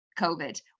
covid